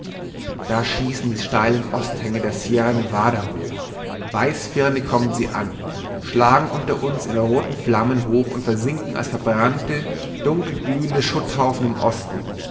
da schießen die steilen osthänge der sierra nevada hoch weißfirnig kommen sie an schlagen unter uns in roten flammen hoch und versinken als verbrannte dunkelglühende schutthaufen im osten